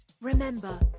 Remember